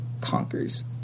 conquers